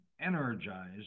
energized